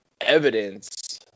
evidence